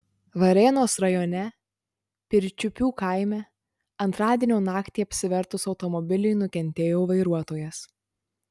varėnos rajone pirčiupių kaime antradienio naktį apsivertus automobiliui nukentėjo vairuotojas